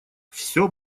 всё